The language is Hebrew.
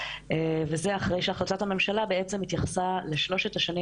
וזה אחרי שהחלטת הממשלה התייחסה לשלוש השנים